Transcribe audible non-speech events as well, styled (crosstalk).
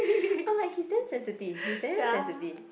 (breath) I'm like he's damn sensitive he's damn sensitive